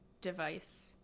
device